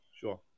Sure